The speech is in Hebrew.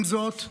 עם זאת,